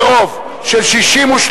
ובכן,